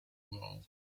world